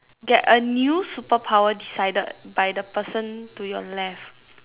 get a new superpower decided by the person to your left